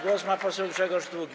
Głos ma poseł Grzegorz Długi.